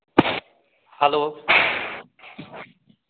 hello